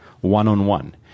one-on-one